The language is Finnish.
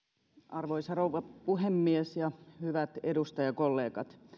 arvoisa rouva puhemies ja hyvät edustajakollegat